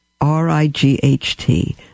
R-I-G-H-T